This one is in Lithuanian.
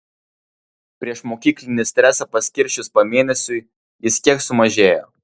priešmokyklinį stresą paskirsčius pamėnesiui jis kiek sumažėjo